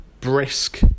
brisk